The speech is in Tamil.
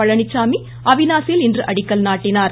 பழனிச்சாமி அவிநாசியில் இன்று அடிக்கல் நாட்டினார்